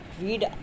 read